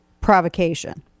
provocation